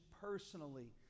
personally